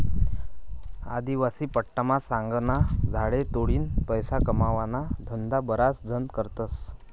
आदिवासी पट्टामा सागना झाडे तोडीन पैसा कमावाना धंदा बराच जण करतस